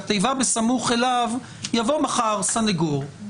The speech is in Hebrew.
כי התיבה "בסמוך אליו" יבוא מחר סניגור,